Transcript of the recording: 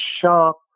sharp